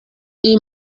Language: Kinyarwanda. iyi